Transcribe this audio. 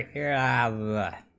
era i